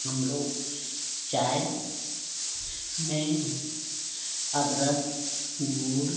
हम लोग चाय में अदरक गुड़